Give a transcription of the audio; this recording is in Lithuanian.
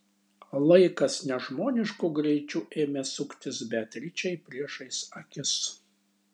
laikas nežmonišku greičiu ėmė suktis beatričei priešais akis